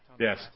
Yes